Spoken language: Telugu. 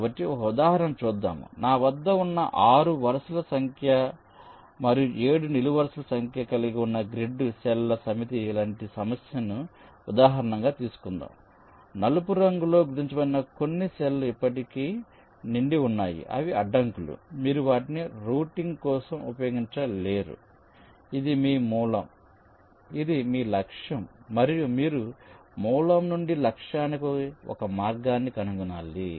కాబట్టి ఒక ఉదాహరణను చూద్దాము నా వద్ద ఉన్న 6 వరుసల సంఖ్య మరియు 7 నిలువు వరుసలు సంఖ్య కలిగి ఉన్న గ్రిడ్ సెల్ ల సమితి లాంటి సమస్యను ఉదాహరణ గా తీసుకుందాం నలుపు రంగులో గుర్తించబడిన కొన్ని సెల్ లు ఇప్పటికే నిండి ఉన్నాయి అవి అడ్డంకులు మీరు వాటిని రౌటింగ్ కోసం ఉపయోగించలేరు ఇది మీ మూలం ఇది మీ లక్ష్యం మరియు మీరు మూలం నుండి లక్ష్యానికి ఒక మార్గాన్ని కనుగొనాలి